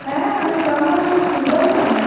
হ্যাঁ আমি প্লাম্বার বলছি বলুন